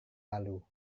lalu